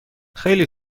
خیلی